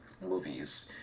movies